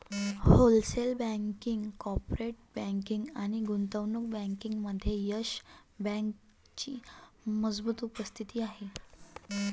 wholesale banking, corporate banking आणि गुंतवणूक बँकिंगमध्ये येस बँकेची मजबूत उपस्थिती आहे